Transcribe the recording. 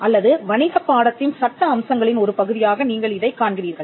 அல்லது வணிக பாடத்தின் சட்ட அம்சங்களின் ஒரு பகுதியாக நீங்கள் இதைக் காண்கிறீர்கள்